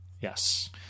Yes